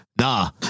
nah